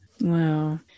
Wow